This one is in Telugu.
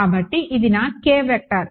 కాబట్టి ఇది నా కె వెక్టర్